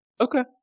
okay